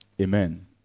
Amen